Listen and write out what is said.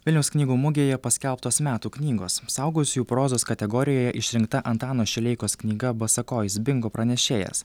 vilniaus knygų mugėje paskelbtos metų knygos suaugusiųjų prozos kategorijoje išrinkta antano šileikos knyga basakojis bingo pranešėjas